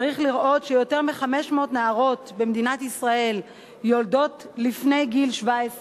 צריך לראות שיותר מ-500 נערות במדינת ישראל יולדות לפני גיל 17,